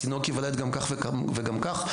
התינוק ייוולד גם כך וגם כך.